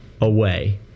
away